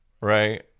right